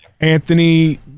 Anthony